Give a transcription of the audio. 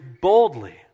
boldly